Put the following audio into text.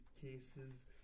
cases